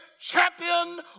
champion